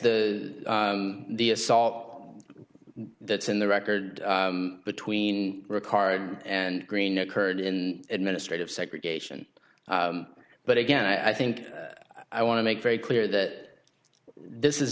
the the assault that's in the record between ricard and greene occurred in administrative segregation but again i think i want to make very clear that this is